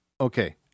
okay